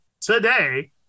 today